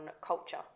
culture